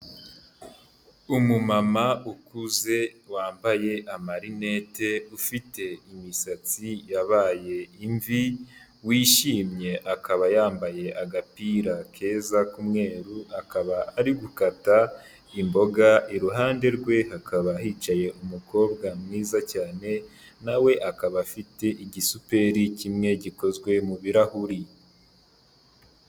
Umumama ukuze wambaye amarinete ufite imisatsi yabaye imvi, wishimye akaba yambaye agapira keza k'umweru, akaba ari gukata imboga iruhande rwe hakaba hicaye umukobwa mwiza cyane na we akaba afite igisuperi kimwe gikozwe mu birahuri.